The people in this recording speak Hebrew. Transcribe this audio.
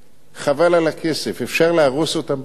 חבל על הכסף, אפשר להרוס במקום.